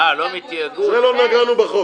לא נגענו בחוק.